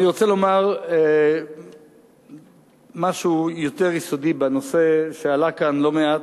אני רוצה לומר משהו יותר יסודי בנושא שעלה כאן לא מעט,